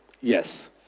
Yes